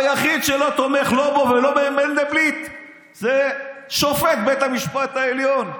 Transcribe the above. היחיד שלא תומך לא בו ולא במנדלבליט זה שופט בית המשפט העליון,